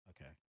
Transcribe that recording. Okay